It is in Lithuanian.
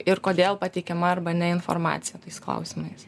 ir kodėl pateikiama arba ne informacija tais klausimais